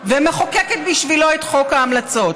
ומחוקקת בשבילו את חוק ההמלצות.